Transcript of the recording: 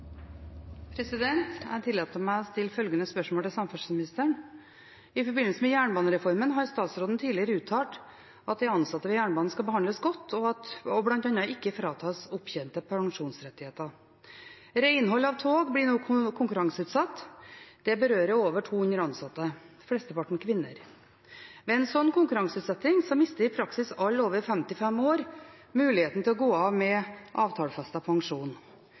oss. Jeg tillater meg å stille følgende spørsmål til samferdselsministeren: «I forbindelse med jernbanereformen har statsråden tidligere uttalt at de ansatte ved jernbanen skal behandles godt og bl.a. ikke fratas opptjente pensjonsrettigheter. Renhold av tog blir nå konkurranseutsatt. Det berører over 200 ansatte, flesteparten kvinner. Ved en slik konkurranseutsetting mister i praksis alle over 55 år muligheten til å gå av med